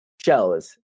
shows